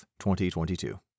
2022